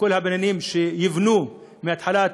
וכל הבניינים שייבנו מהתחלת,